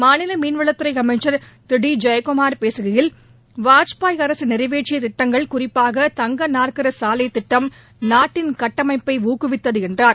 மாநில மீனவளத்துறை அமைச்சர் திரு டி ஜெயக்குமார் பேசுகையில் வாஜ்பாய் அரசு நிறைவேற்றிய திட்டங்கள் குறிப்பாக தங்க நாற்கர சாலைத் திட்டம் நாட்டின் கட்டமைப்பை ஊக்குவித்தது என்றார்